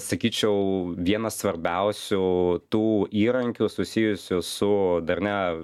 sakyčiau vienas svarbiausių tų įrankių susijusių su darnia